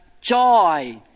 joy